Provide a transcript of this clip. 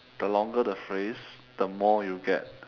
the longer the phrase the more you get